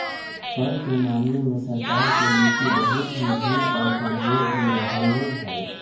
कर के मामले में सरकार के नीति बहुत ही भिन्न और कमजोर भी रहले है